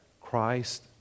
Christ